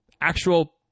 actual